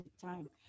time